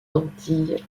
antilles